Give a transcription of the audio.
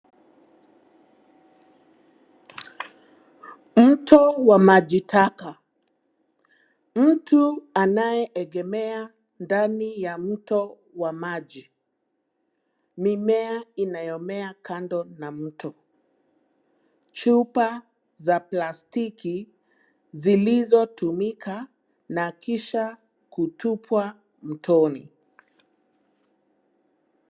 Mto wa maji taka. Mtu anayeegema ndani ya mto wa maji. Mimea inayomea kando na mto. Chupa za plastiki zilizotumika na kisha kutupwa mtoni.